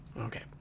Okay